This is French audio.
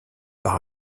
par